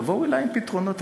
בואו אלי עם פתרונות,